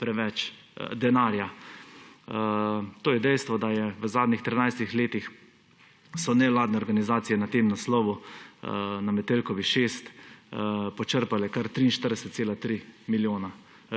preveč denarja. Dejstvo je, da so v zadnjih trinajstih letih nevladne organizacije na tem naslovu, na Metelkovi 6, počrpale kar 43,3 milijona